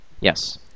Yes